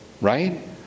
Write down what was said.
right